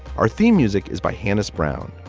our theme music is by hani's brown.